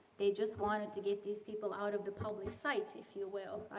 they just wanted to get this people out of the public's sight, if you will,